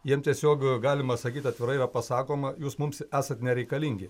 jiem tiesiog galima sakyti atvirai pasakoma jūs mums esat nereikalingi